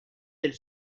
del